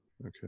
Okay